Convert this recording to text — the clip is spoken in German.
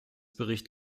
bericht